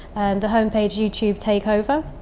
the home page youtube takeover.